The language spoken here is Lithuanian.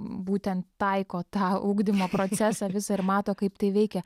būtent taiko tą ugdymo procesą visą ir mato kaip tai veikia